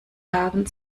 haben